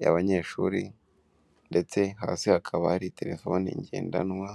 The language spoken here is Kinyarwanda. y'abanyeshuri ndetse hasi hakaba hari telefoni ngendanwa.